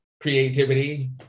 creativity